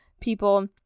people